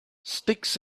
sticks